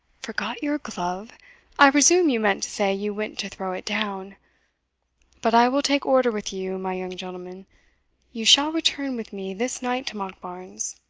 forgot your glove i presume you meant to say you went to throw it down but i will take order with you, my young gentleman you shall return with me this night to monkbarns.